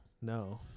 No